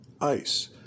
ice